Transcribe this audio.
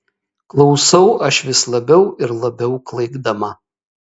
klausau aš vis labiau ir labiau klaikdama